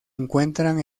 encuentran